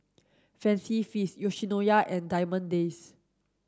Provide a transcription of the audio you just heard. Fancy Feast Yoshinoya and Diamond Days